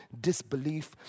disbelief